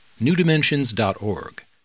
newdimensions.org